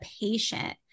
patient